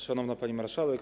Szanowna Pani Marszałek!